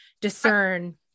discern